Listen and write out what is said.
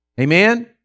Amen